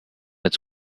its